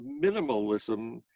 minimalism